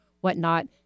whatnot